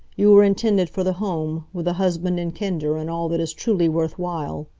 you were intended for the home, with a husband, and kinder, and all that is truly worth while.